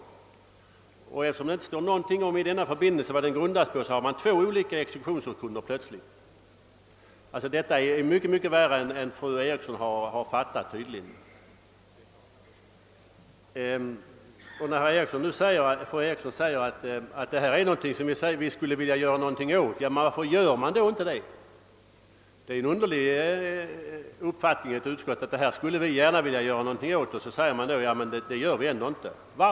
Eftersom det i förbindelsen inte står någonting om vad denna grundar sig på har man också helt plötsligt två exekutionsurkunder. Detta är mycket värre än vad fru Eriksson tydligen har fattat. Fru Eriksson i Stockholm säger att wan i och för sig skulle vilja göra någonting åt denna sak. Men varför gör man då inte det? Det är en underlig ordning att ett utskott först säger att detta skulle vi vilja göra någonting åt, för att strax därefter säga att det gör vi ändå inte.